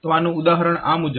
તો આનું ઉદાહરણ આ મુજબ છે